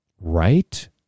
Right